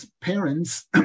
parents